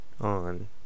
on